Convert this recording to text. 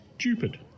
stupid